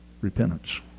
repentance